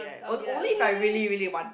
ya o~ only if I really really want